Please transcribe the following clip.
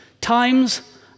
times